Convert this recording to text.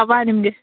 তাৰপৰাই আনিমগে